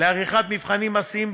לעריכת מבחנים מעשיים,